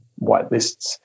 whitelists